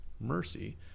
mercy